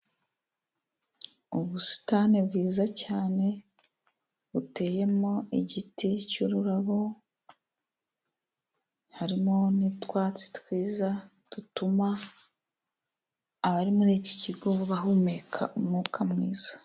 Ubusitani bwiza cyane buteyemo igiti cy'ururabo harimo n'utwatsi twiza dutuma abari muri iki kigo bahumeka umwuka mwiza.